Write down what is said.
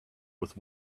with